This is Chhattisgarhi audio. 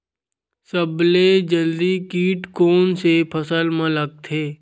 सबले जल्दी कीट कोन से फसल मा लगथे?